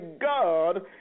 god